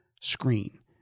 screen